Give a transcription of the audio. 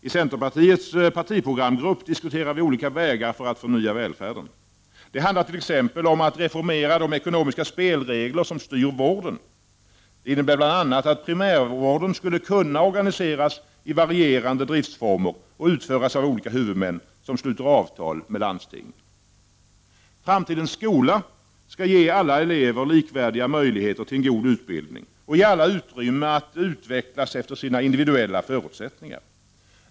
I centerpartiets partiprogramgrupp diskuterar vi olika vägar för att förnya välfärden. Det handlar t.ex. om att reformera de ekonomiska spelregler som styr vården. Detta innebär bl.a. att primärvården skulle kunna organiseras i varierande driftsformer och utföras av olika huvudmän, som sluter avtal med landstingen. Framtidens skola skall ge alla elever likvärdiga möjligheter till god utbildning och ge alla utrymme att utvecklas efter sina individuella förutsättningar.